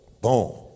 Boom